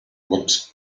what